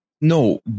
No